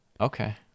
okay